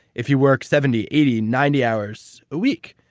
if you work seventy, eighty, ninety, hours a week.